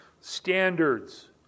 standards